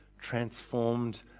transformed